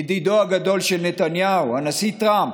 ידידו הגדול של נתניהו, הנשיא טראמפ,